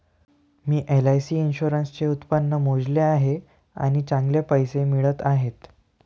मी LIC इन्शुरन्सचे उत्पन्न मोजले आहे आणि चांगले पैसे मिळत आहेत